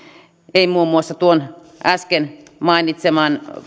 ei muun muassa äsken mainitsemani